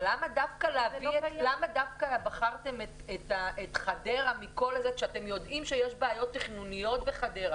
למה דווקא בחרתם את חדרה כשאתם יודעים שיש בעיות תכנוניות בחדרה?